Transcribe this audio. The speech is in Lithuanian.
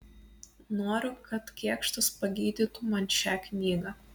noriu kad kėkštas pagydytų man šią knygą